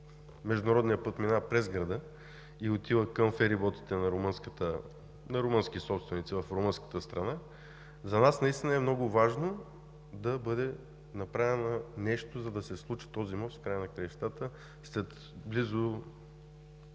международният път минава през града и отива към фериботите на румънски собственици в румънската страна. За нас наистина е много важно да бъде направено нещо, за да се случи този мост след близо